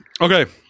Okay